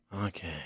Okay